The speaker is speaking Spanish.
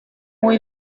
muy